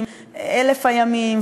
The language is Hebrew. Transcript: אלף הימים,